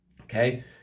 okay